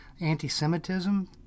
Anti-Semitism